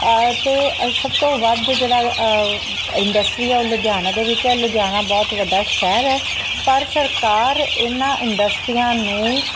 ਅਤੇ ਸਭ ਤੋਂ ਵੱਧ ਜਿਹੜਾ ਹੈਗਾ ਇੰਡਸਟਰੀ ਆ ਉਹ ਲੁਧਿਆਣਾ ਦੇ ਵਿੱਚ ਹੈ ਲੁਧਿਆਣਾ ਬਹੁਤ ਵੱਡਾ ਸ਼ਹਿਰ ਹੈ ਪਰ ਸਰਕਾਰ ਇਹਨਾਂ ਇੰਡਸਟਰੀਆਂ ਨੂੰ